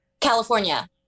California